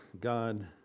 God